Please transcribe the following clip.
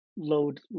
Load